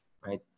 right